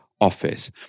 office